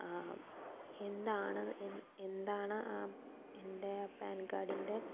എന്താണ് എന്താണ് എൻ്റെ പാൻ കാർഡിൻ്റെ